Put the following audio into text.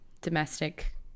domestic